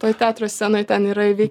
toj teatro scenoj ten yra įvykę